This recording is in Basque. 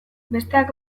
besteak